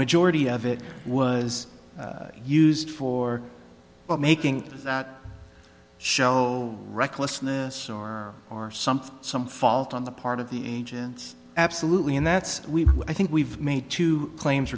majority of it was used for making that show recklessness or something some fault on the part of the agents absolutely and that's why i think we've made two claims